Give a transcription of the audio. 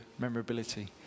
Memorability